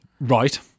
right